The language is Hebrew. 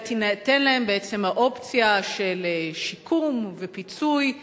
אלא תינתן להם בעצם האופציה של שיקום ופיצוי.